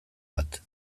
bat